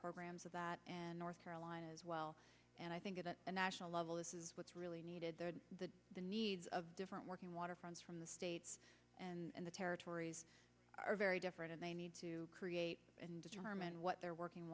programs of that and north carolina as well and i think that a national level this is what's really needed that the needs of different working waterfronts from the states and the territories are very different and they need to create and determine what their working